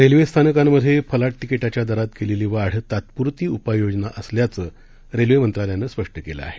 railway स्थानकांमधे फलाट तिकीटाच्या दरात केलेली वाढ तात्पुरती उपाययोजना असल्याचं रेल्वे मंत्रालयानं स्पष्ट केलं आहे